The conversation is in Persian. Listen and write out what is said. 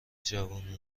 جوون